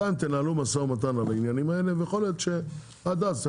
בינתיים תנהלו משא ומתן על העניינים האלה ויכול להיות שעד אז אתם